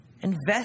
Invest